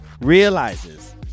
realizes